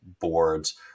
boards